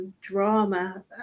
drama